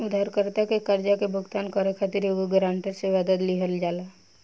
उधारकर्ता के कर्जा के भुगतान करे खातिर एगो ग्रांटर से, वादा लिहल जाला